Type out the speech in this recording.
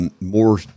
More